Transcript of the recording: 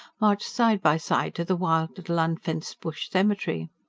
marched side by side to the wild little unfenced bush cemetery.